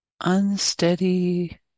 unsteady